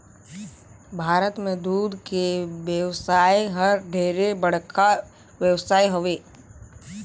भारत में दूद के बेवसाय हर ढेरे बड़खा बेवसाय हवे